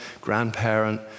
grandparent